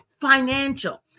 financial